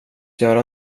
göra